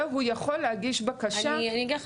והוא יכול להגיש בקשה -- אני אגיד לך